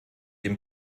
dem